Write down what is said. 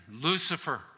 Lucifer